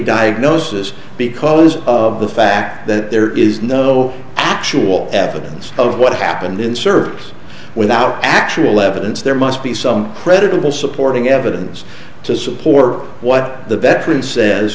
diagnosis because of the fact that there is no actual evidence of what happened in service without actual evidence there must be some credible supporting evidence to support what the veteran says